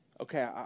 okay